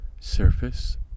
surface